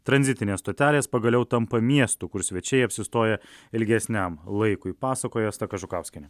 tranzitinės stotelės pagaliau tampa miestu kur svečiai apsistoja ilgesniam laikui pasakoja asta kažukauskienė